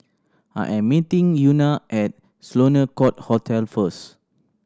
I am meeting Euna at Sloane Court Hotel first